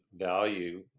value